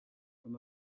from